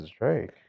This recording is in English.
Drake